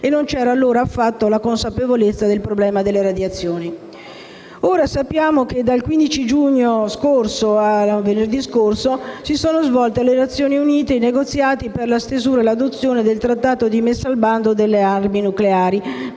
non si aveva affatto la consapevolezza del problema delle radiazioni. Ora sappiamo che dal 15 giugno di quest'anno allo scorso venerdì 7 luglio si sono svolti, presso le Nazioni Unite, i negoziati per la stesura e l'adozione del Trattato di messa al bando delle armi nucleari.